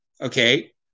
okay